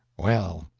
well,